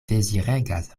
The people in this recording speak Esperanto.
deziregas